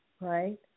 right